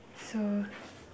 so